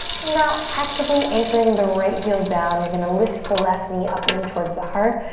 and now actively anchoring the right heel down you're gonna lift the left knee up in towards the heart.